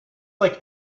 like